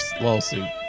lawsuit